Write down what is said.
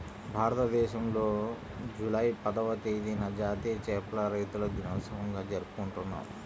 భారతదేశంలో జూలై పదవ తేదీన జాతీయ చేపల రైతుల దినోత్సవంగా జరుపుకుంటున్నాం